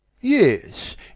Yes